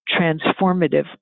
transformative